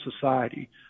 society